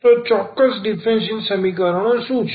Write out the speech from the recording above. તો ચોક્કસ ડીફરન્સીયલ સમીકરણો શું છે